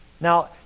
Now